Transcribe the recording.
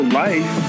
life